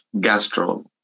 gastro